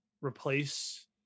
replace